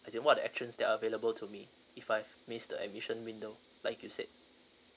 as in what actions that are available to me if I miss the admission window like you said